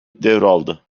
devraldı